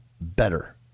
better